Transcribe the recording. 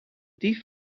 dief